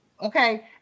okay